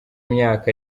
myaka